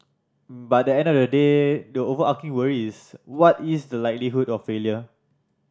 but end of the day the overarching worry is what is the likelihood of failure